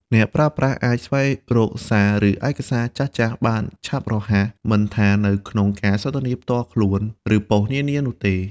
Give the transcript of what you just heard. អ្នកប្រើប្រាស់អាច ស្វែងរកសារ ឬឯកសារចាស់ៗបានឆាប់រហ័ស មិនថានៅក្នុងការសន្ទនាផ្ទាល់ខ្លួន ឬប៉ុស្តិ៍ នានានោះទេ។